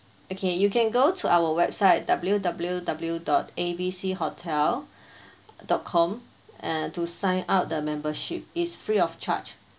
okay you can go to our website w w w dot a b c hotel dot com and to sign up the membership it's free of charge